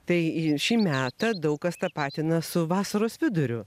tai į šį metą daug kas tapatina su vasaros viduriu